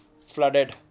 flooded